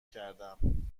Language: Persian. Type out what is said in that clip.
کردم